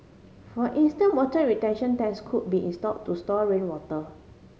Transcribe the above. for instant water retention tanks could be install to store rainwater